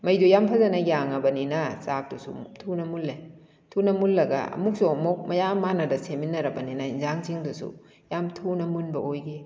ꯃꯩꯗꯣ ꯌꯥꯝ ꯐꯖꯅ ꯌꯥꯡꯂꯕꯅꯤꯅ ꯆꯥꯛꯇꯨꯁꯨ ꯊꯨꯅ ꯃꯨꯜꯂꯦ ꯊꯨꯅ ꯃꯨꯜꯂꯒ ꯑꯃꯨꯛꯁꯨ ꯑꯃꯨꯛ ꯃꯌꯥꯝ ꯃꯥꯅꯗꯅ ꯁꯦꯝꯃꯤꯟꯅꯔꯕꯅꯤꯅ ꯏꯟꯖꯥꯡꯁꯤꯡꯗꯨꯁꯨ ꯌꯥꯝ ꯊꯨꯅ ꯃꯨꯟꯕ ꯑꯣꯏꯈꯤ